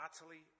utterly